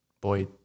boy